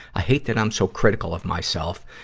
i hate that i'm so critical of myself,